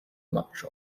much